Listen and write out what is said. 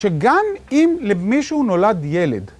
שגם אם למישהו נולד ילד.